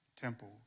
Temple